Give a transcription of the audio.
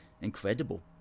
Incredible